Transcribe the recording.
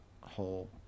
whole